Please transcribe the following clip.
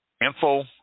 info